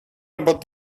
about